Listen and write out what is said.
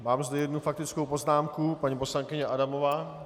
Mám zde jednu faktickou poznámku paní poslankyně Adamová.